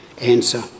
answer